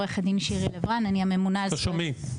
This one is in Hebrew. עו"ד שירי לב-רן, אני הממונה על